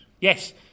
Yes